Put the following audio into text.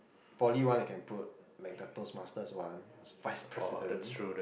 poly one I can put like the toastmasters one I was vice president